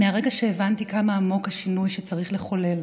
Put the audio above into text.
מהרגע שהבנתי כמה עמוק השינוי שצריך לחולל